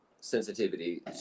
sensitivity